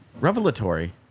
revelatory